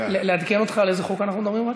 רק לעדכן אותך על איזה חוק אנחנו מדברים?